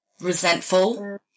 resentful